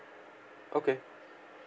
okay